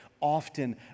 often